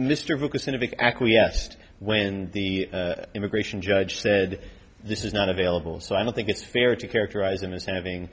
mr focusing of acquiesced when the immigration judge said this is not available so i don't think it's fair to characterize them as having